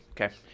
Okay